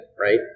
right